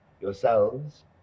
yourselves